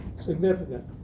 significant